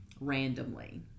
randomly